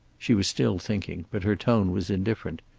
she was still thinking, but her tone was indifferent.